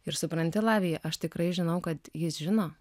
ir supranti lavija aš tikrai žinau kad jis žino